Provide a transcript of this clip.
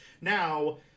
Now